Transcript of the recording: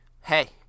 hey—